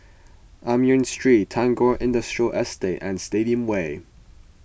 Amoy Street Tagore Industrial Estate and Stadium Way